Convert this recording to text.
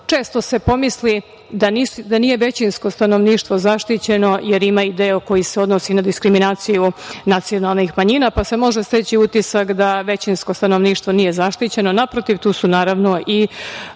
često se pomisli da nije većinsko stanovništvo zaštićeno, jer ima i deo koji se odnosi na diskriminaciju nacionalnih manjina, pa se može steći utisak da većinsko stanovništvo nije zaštićeno. Naprotiv, tu su i naši